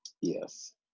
yes